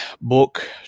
book